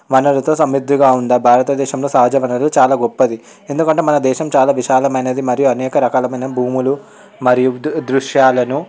వనరుతో సమృద్ధిగా ఉన్న భారతదేశంలో సహజ వనరులు చాలా గొప్పది ఎందుకంటే మన దేశం చాలా విశాలమైనది మరియు అనేక రకాలమైన భూములు మరియు దృశ్యాలను